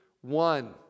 one